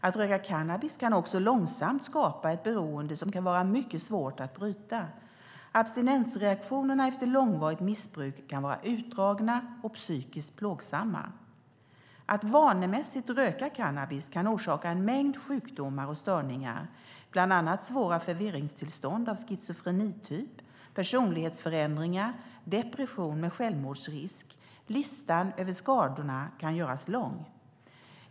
Att röka cannabis kan också långsamt skapa ett beroende som kan vara mycket svårt att bryta. Abstinensreaktionerna efter långvarigt missbruk kan vara utdragna och psykiskt plågsamma. Att vanemässigt röka cannabis kan orsaka en mängd sjukdomar och störningar, bland annat svåra förvirringstillstånd av schizofrenityp, personlighetsförändringar och depression med självmordsrisk. Listan över skadorna kan göras lång.